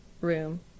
room